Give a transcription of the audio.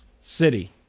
city